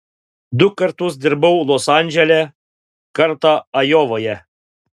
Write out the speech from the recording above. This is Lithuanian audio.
du kartus dirbau los andžele kartą ajovoje